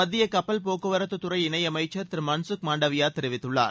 மத்திய கப்பல் போக்குவரத்துறை இணையமைச்சர் திரு மன்சுக் மாண்டவியா இதனை தெரிவித்துள்ளார்